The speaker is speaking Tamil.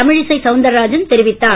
தமிழிசை சவுந்தரராஜன் தெரிவித்தார்